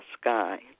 sky